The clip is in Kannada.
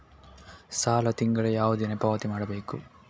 ಸಾಲ ತಿಂಗಳ ಯಾವ ದಿನ ಪಾವತಿ ಮಾಡಬೇಕು?